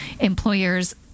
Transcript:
employers